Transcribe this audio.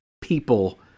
people